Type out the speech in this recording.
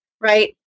Right